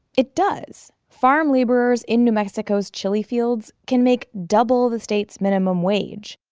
it does. farm laborers in new mexico's chili fields can make double the state's minimum wage.